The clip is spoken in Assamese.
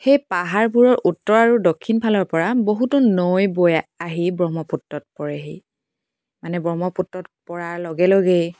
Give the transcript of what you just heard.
সেই পাহাৰবোৰৰ উত্তৰ আৰু দক্ষিণ ফালৰ পৰা বহুতো নৈ বৈ আহি ব্ৰহ্মপুত্ৰত পৰেহি মানে ব্ৰহ্মপুত্ৰত পৰাৰ লগে লগেই